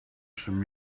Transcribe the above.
some